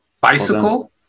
Bicycle